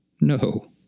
No